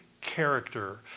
character